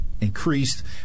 increased